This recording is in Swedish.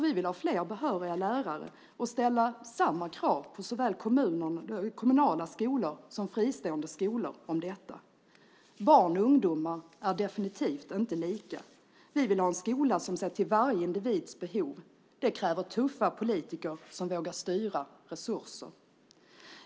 Vi vill ha flera behöriga lärare och ställa samma krav på såväl kommunala skolor som fristående skolor om detta. Barn och ungdomar är definitivt inte lika. Vi vill ha en skola som ser till varje individs behov. Det kräver tuffa politiker som vågar styra resurser.